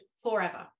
forever